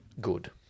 good